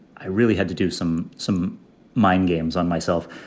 i really had to do some some mind games on myself,